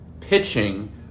pitching